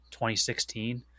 2016